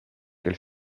del